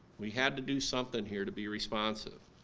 we had to do something here to be responsive.